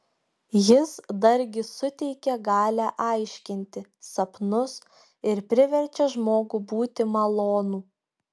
jis dargi suteikia galią aiškinti sapnus ir priverčia žmogų būti malonų